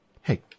hey